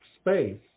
space